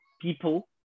people